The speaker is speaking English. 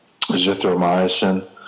zithromycin